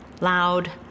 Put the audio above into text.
loud